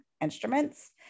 instruments